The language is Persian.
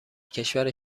کشور